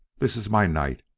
this is my night,